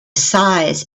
size